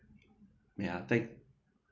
ya I think